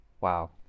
wow